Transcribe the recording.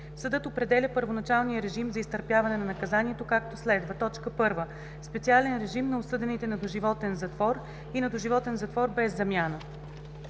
Съдът определя първоначалния режим за изтърпяване на наказанието, както следва: 1. специален режим – на осъдените на доживотен затвор и на доживотен затвор без замяна;